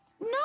No